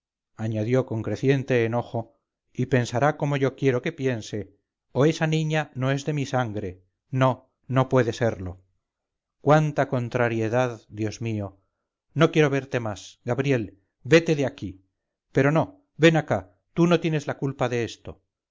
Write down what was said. añadió con creciente enojo y pensará como yo quiero que piense o esa niña no es de mi sangre no no puede serlo cuánta contrariedad dios mío no quiero verte más gabriel vete de aquí pero no ven acá tú no tienes la culpa de esto